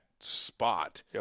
spot